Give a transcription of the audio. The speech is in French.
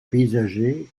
paysager